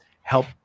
help